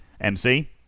MC